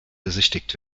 besichtigt